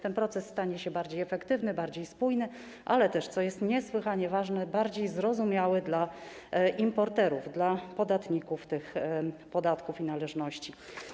Ten proces stanie się przez to bardziej efektywny, bardziej spójny, ale też, co jest niesłychanie ważne, bardziej zrozumiały dla importerów, dla podatników tych podatków i należności.